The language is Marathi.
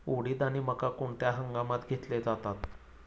उडीद आणि मका कोणत्या हंगामात घेतले जातात?